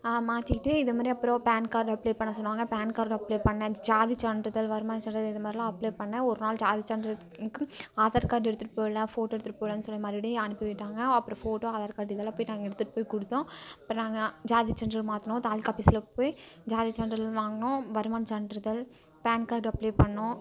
மாற்றிட்டு இதுமாதிரி அப்புறம் பேன் கார்ட் அப்ளை பண்ண சொன்னாங்கள் பேன் கார்ட் அப்ளை பண்ணேன் ஜாதிச் சான்றிதழ் வருமானச் சான்றிதழ் இதுமாதிரிலாம் அப்ளை பண்ணேன் ஒரு நாள் ஜாதிச் சான்றிதழ்க்கு ஆதார் கார்ட் எடுத்துட்டு போகல ஃபோட்டோ எடுத்துட்டு போகலன்னு சொல்லி மறுபடி அனுப்பி விட்டாங்கள் அப்புறம் ஃபோட்டோ ஆதார் கார்ட் இதெல்லாம் போய்ட்டு நாங்கள் எடுத்துகிட்டு போய் கொடுத்தோம் அப்புறம் நாங்கள் ஜாதி சான்றிதழ் மாற்றினோம் தாலுக்காஃபீஸ்ல போய் ஜாதி சான்றிதழ் வாங்கினோம் வருமானச் சான்றிதழ் பேன் கார்ட் அப்ளை பண்ணினோம்